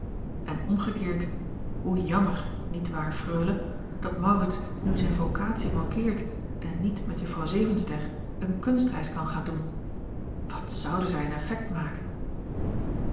n omgekeerd hoe jammer niet waar reule dat aurits nu zijn vokatie manqueert en niet met uffrouw evenster een kunstreis kan gaan doen at zouden zij een effekt maken